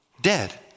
Dead